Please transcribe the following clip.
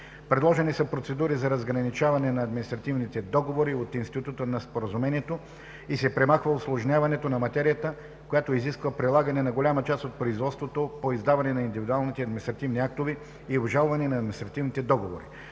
Предложени са процедури за разграничаване на административните договори от института на споразумението и се премахва усложняването на материята, която изисква прилагане на голямата част от производството по издаване на индивидуалните административни актове и обжалване на административните договори.